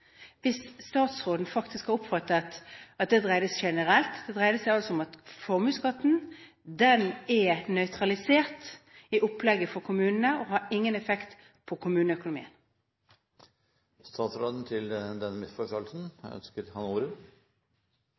hvis statsråden har oppfattet at det gjaldt generelt. Det dreier seg altså om at formuesskatten er nøytralisert i opplegget for kommunene, og kuttene vil ikke ha noen effekt på kommuneøkonomien. Ønsker statsråden ordet til